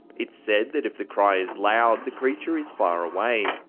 it's said that if the cry is loud, the creature is far away,